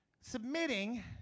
submitting